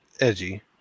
edgy